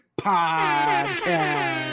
Podcast